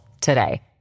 today